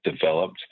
developed